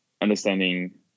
understanding